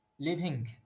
living